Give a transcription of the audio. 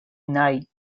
knight